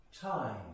time